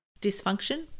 dysfunction